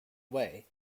way